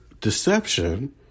deception